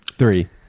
three